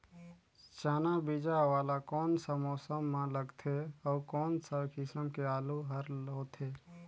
चाना बीजा वाला कोन सा मौसम म लगथे अउ कोन सा किसम के आलू हर होथे?